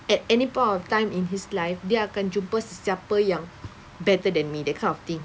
at any point of time in his life dia akan jumpa sesiapa yang better than me that kind of thing